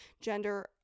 gender